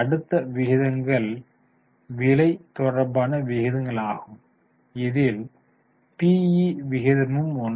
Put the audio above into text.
அடுத்த விகிதங்கள் விலை தொடர்பான விகிதங்களாகும் அதில் PE விகிதமும் ஒன்று